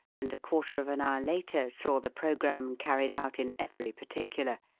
and a quarter of an hour later saw the programme carried out in every particular,